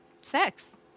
sex